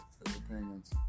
opinions